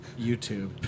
YouTube